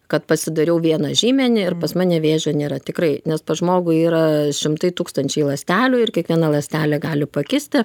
kad pasidariau vieną žymenį ir pas mane vėžio nėra tikrai nes pas žmogų yra šimtai tūkstančiai ląstelių ir kiekviena ląstelė gali pakisti